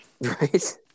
Right